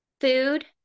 food